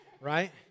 right